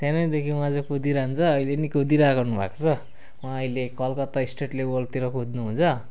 सानैदेखि उहाँ चाहिँ कुदिरहन्छ अहिने नि कुदिरहनु भएको छ उहाँ अहिले कलकत्ता स्टेट लेबलतिर कुद्नुहुन्छ